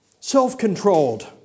Self-controlled